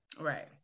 right